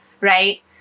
right